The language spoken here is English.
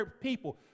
people